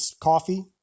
coffee